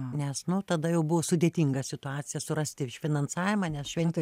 nes nu tada jau buvo sudėtinga situacija surasti finansavimą nes šventė